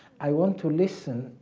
i want to listen,